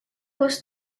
was